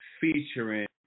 featuring